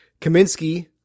Kaminsky